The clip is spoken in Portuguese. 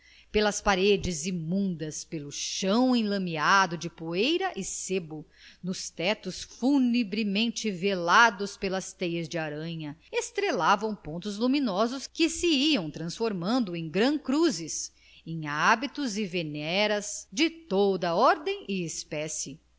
pelas paredes imundas pelo chão enlameado de poeira e sebo nos tetos funebremente velados pelas teias de aranha estrelavam pontos luminosos que se iam transformando em grã cruzes em hábitos e veneras de toda a ordem e espécie